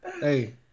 hey